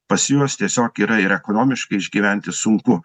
pas juos tiesiog yra ir ekonomiškai išgyventi sunku